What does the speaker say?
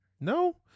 No